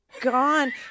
gone